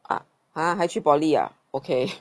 ah !huh! 还去 polytechnic ah okay